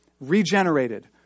regenerated